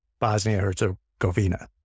Bosnia-Herzegovina